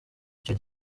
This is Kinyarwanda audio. icyo